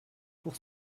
pour